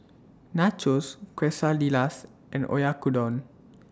Nachos Quesadillas and Oyakodon